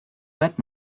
that